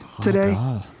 today